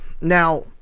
now